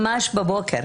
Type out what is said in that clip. ממש בבוקר,